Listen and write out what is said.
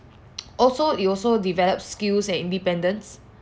also it also develop skills and independence